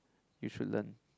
you should learned